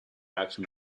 actions